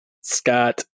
Scott